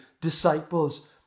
disciples